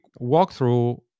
walkthrough